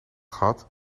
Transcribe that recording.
gehad